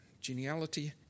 geniality